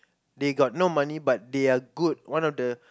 they got no money but they're good one of the